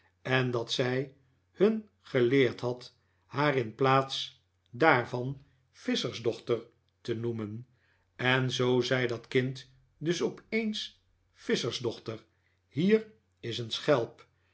en dat zij hun geleerd had haar in plaats daarvan visschersdochter te noemen en zoo zei dat kind dus opeens visschersdochter hier is een schelp